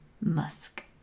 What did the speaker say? musk